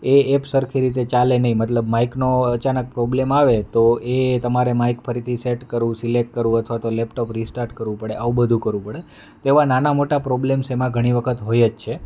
એ app સરખી રીતે ચાલે નહીં મતલબ માઇકનો અચાનક પ્રોબ્લેમ આવે તો એ તમારે માઈક ફરીથી સેટ કરવું સિલેક્ટ કરવું અથવા તો લેપટોપ રિસ્ટાર્ટ કરવું પડે આવું બધું કરવું પડે તો એવા નાના મોટા પ્રોબ્લેમ્સ એમાં ઘણી વખત હોય જ છે